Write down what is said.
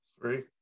Three